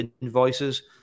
invoices